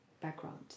background